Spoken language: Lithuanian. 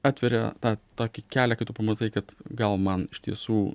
atveria tą tokį kelią kai tu pamatai kad gal man iš tiesų